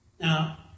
Now